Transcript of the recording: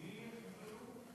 מי ישיב לנו?